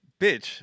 bitch